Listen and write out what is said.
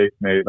made